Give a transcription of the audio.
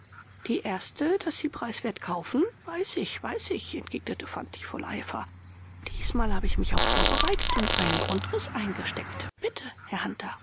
die erste daß sie preiswert kaufen weiß ich weiß ich entgegnete fantig voll eifer diesmal habe ich mich auch vorbereitet und einen grundriß eingesteckt bitte herr hunter